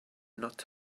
not